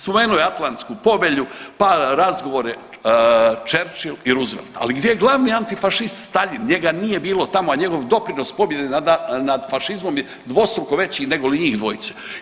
Spomenuo je Atlantsku povelju, pa razgovore Churchill i Roosevelt, ali gdje je glavni antifašist Staljin, njega nije bilo tamo, a njego doprinos pobjedi nad fašizmom je dvostruko veći negoli njih dvojice.